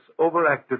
overactive